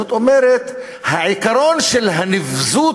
זאת אומרת, העיקרון של הנבזות,